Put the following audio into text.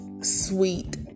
sweet